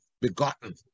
begotten